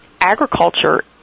agriculture